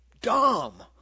dumb